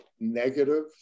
negative